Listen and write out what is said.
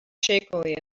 shakily